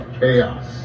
chaos